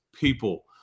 people